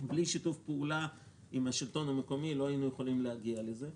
בלי שיתוף פעולה עם השלטון המקומי לא היינו יכולים להגיע לזה.